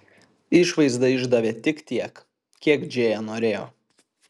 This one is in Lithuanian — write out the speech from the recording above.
išvaizda išdavė tik tiek kiek džėja norėjo